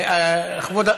אני.